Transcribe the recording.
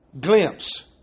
glimpse